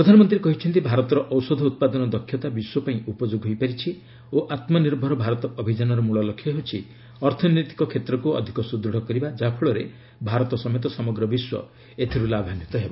ପ୍ରଧାନମନ୍ତ୍ରୀ କହିଛନ୍ତି ଭାରତର ଔଷଧ ଉତ୍ପାଦନ ଦକ୍ଷତା ବିଶ୍ୱ ପାଇଁ ଉପଯୋଗୀ ହୋଇପାରିଛି ଓ ଆତ୍ମ ନିର୍ଭର ଭାରତ ଅଭିଯାନର ମୂଳ ଲକ୍ଷ୍ୟ ହେଉଛି ଅର୍ଥନୈତିକ କ୍ଷେତ୍ରକୁ ଅଧିକ ସୁଦୃଢ଼ କରିବା ଯାହା ଫଳରେ ଭାରତ ସମେତ ସମଗ୍ର ବିଶ୍ୱ ଏଥିରୁ ଲାଭାନ୍ପିତ ହେବ